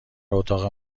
اتاق